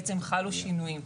בעצם חלו שינויים.